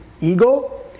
ego